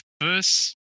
first